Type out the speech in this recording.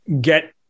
get